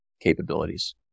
capabilities